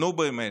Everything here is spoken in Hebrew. נו, באמת,